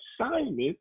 assignment